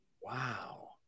Wow